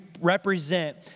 represent